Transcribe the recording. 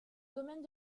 domaine